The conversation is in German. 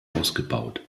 ausgebaut